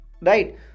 right